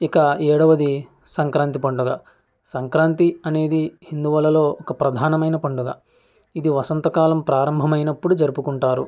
ఇక ఏడవది సంక్రాంతి పండుగ సంక్రాంతి అనేది హిందువులలో ఒక ప్రధానమైన పండుగ ఇది వసంత కాలం ప్రారంభమైనప్పుడు జరుపుకుంటారు